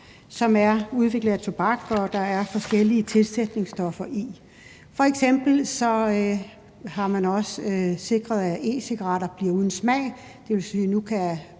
som er udviklet af tobak, og som der er forskellige tilsætningsstoffer i. F.eks. har man også sikret, at e-cigaretter bliver uden smag. Det vil sige, at borgerne